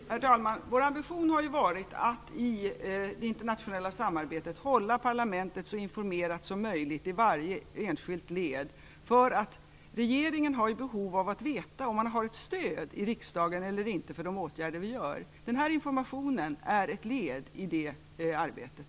Herr talman! Vår ambition har varit att i det internationella samarbetet hålla parlamentet så informerat som möjligt i varje enskilt led. Regeringen har nämligen behov av att veta om det finns stöd i riksdagen för åtgärderna. Denna information är ett led i det arbetet.